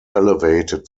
elevated